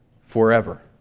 forever